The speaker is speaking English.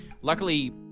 Luckily